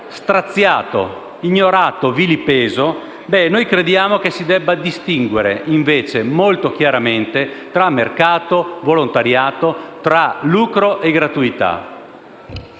straziato, ignorato e vilipeso. Noi crediamo si debba distinguere, invece, molto chiaramente tra mercato e volontariato, tra lucro e gratuità.